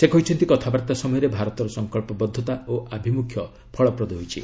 ସେ କହିଛନ୍ତି କଥାବାର୍ତ୍ତା ସମୟରେ ଭାରତର ସଂକଳ୍ପବଦ୍ଧତା ଓ ଆଭିମୁଖ୍ୟ ଫଳପ୍ରଦ ହୋଇଛି